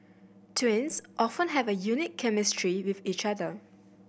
twins often have a unique chemistry with each other